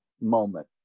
moment